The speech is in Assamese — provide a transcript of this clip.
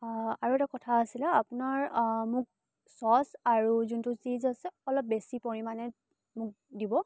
আৰু এটা কথা আছিলে আপোনাৰ মোক ছচ আৰু যোনটো চীজ আছে অলপ বেছি পৰিমাণে মোক দিব